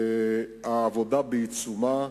העבודה בעיצומה,